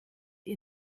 ihr